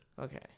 Okay